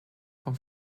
for